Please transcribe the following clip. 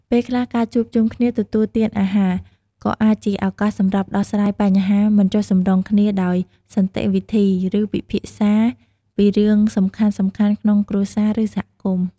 ពេលខ្លះ ការជួបជុំគ្នាទទួលទានអាហារ ក៏អាចជាឱកាសសម្រាប់ដោះស្រាយបញ្ហាមិនចុះសម្រុងគ្នាដោយសន្តិវិធី ឬពិភាក្សាពីរឿងសំខាន់ៗក្នុងគ្រួសារ ឬសហគមន៍។